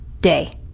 day